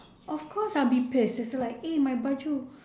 of course I'll be pissed is like eh my baju